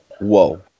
whoa